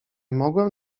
mogłem